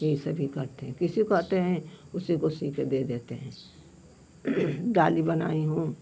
यही सभी करते हैं किसी को आते हैं उसी को सीकर दे देते हैं डाली बनाई हूँ